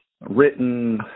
written